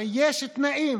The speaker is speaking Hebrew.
הרי יש תנאים,